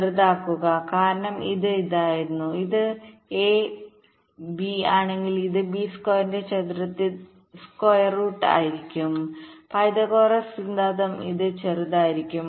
ചെറുതാകുക കാരണം ഇത് ഇതായിരുന്നു ഇത് a ഇത് b ആണെങ്കിൽ ഇത് b സ്ക്വയറിന്റെ ചതുരത്തിന്റെ സ്ക്വയർ റൂട്ട്ആയിരിക്കും പൈതഗോറസ് സിദ്ധാന്തം ഇത് ചെറുതായിരിക്കും